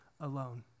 alone